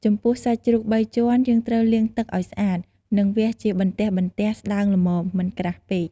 ចំពោះសាច់ជ្រូកបីជាន់ យើងត្រូវលាងទឹកឱ្យស្អាត និងវះជាបន្ទះៗស្ដើងល្មម មិនក្រាស់ពេក។